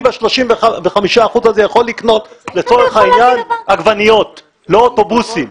אני ב-35 אחוזים האלה יכול לקנות לצורך העניין עגבניות ולא אוטובוסים.